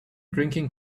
drinking